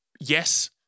yes